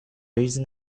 using